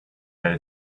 that